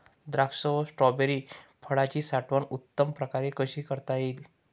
द्राक्ष व स्ट्रॉबेरी फळाची साठवण उत्तम प्रकारे कशी करता येईल?